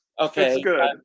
Okay